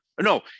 no